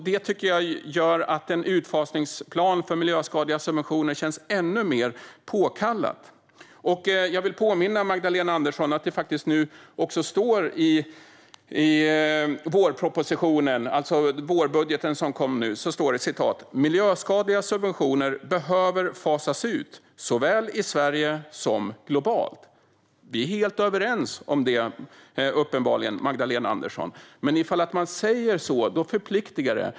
Det tycker jag gör att en utfasningsplan för miljöskadliga subventioner känns ännu mer påkallat. Jag vill även påminna Magdalena Andersson om att det i den vårbudget som nu kom står att miljöskadliga subventioner behöver fasas ut såväl i Sverige som globalt. Vi är uppenbarligen helt överens om det, Magdalena Andersson, men om man säger så förpliktar det.